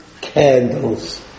candles